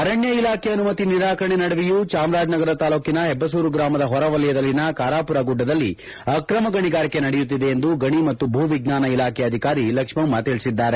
ಅರಣ್ಣ ಇಲಾಖೆ ಅನುಮತಿ ನಿರಾಕರಣೆ ನಡುವೆಯೂ ಚಾಮರಾಜನಗರ ತಾಲ್ಲೂಕಿನ ಹೆಬ್ಬಸೂರು ಗ್ರಾಮದ ಹೊರವಲಯದಲ್ಲಿನ ಕಾರಾಪುರ ಗುಡ್ಡದಲ್ಲಿ ಆಕ್ರಮ ಗಣಿಗಾರಿಕೆ ನಡೆಯುತ್ತಿದೆ ಎಂದು ಗಣಿ ಮತ್ತು ಭೂ ವಿಜ್ವಾನ ಇಲಾಖೆ ಅಧಿಕಾರಿ ಲಕ್ಷ್ಮಮ್ಮ ತಿಳಿಸಿದ್ದಾರೆ